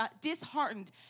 disheartened